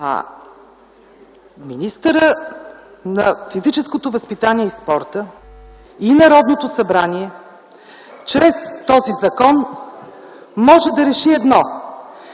А министърът на физическото възпитание и спорта и Народното събрание чрез този закон може да реши едно